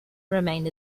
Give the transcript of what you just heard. remained